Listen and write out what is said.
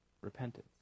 repentance